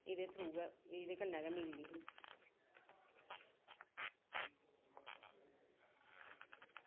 एह्दे थ्रू गै एह्दे कन्नै गै मिलदी ही